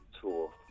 Tour